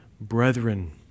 brethren